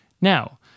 Now